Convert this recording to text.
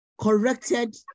corrected